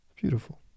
Beautiful